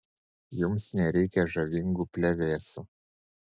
jums nereikia žavingų plevėsų